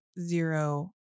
zero